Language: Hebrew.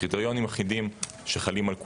קריטריונים אחידים שחלים על כולם.